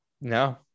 no